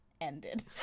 ended